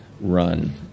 run